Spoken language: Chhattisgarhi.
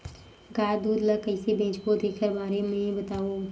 गाय दूध ल कइसे बेचबो तेखर बारे में बताओ?